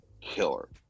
killer